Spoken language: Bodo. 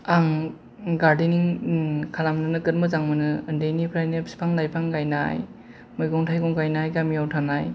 आं गारदेनिं खालामनो जोबोर मोजां मोनो उन्दैनिफ्राइनो फिफां लायफां गायनाय मैगं थाइगं गायनाय गामियाव थानाय